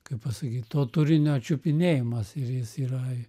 kaip pasakyt to turinio čiupinėjamas ir jis yra